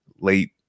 late